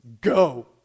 Go